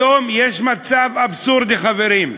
היום יש מצב אבסורדי, חברים: